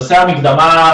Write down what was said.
נושא המקדמה,